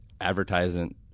advertising